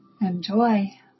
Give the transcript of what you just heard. Enjoy